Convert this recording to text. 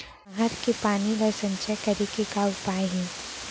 नहर के पानी ला संचय करे के का उपाय हे?